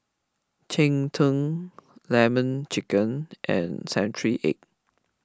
Cheng Tng Lemon Chicken and Century Egg